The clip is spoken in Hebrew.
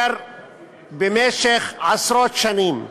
במשך עשרות שנים,